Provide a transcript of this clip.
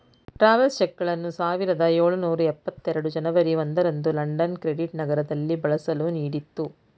travels ಚೆಕ್ಗಳನ್ನು ಸಾವಿರದ ಎಳುನೂರ ಎಪ್ಪತ್ತ ಎರಡು ಜನವರಿ ಒಂದು ರಂದು ಲಂಡನ್ ಕ್ರೆಡಿಟ್ ನಗರದಲ್ಲಿ ಬಳಸಲು ನೀಡಿತ್ತು